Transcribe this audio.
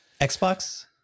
xbox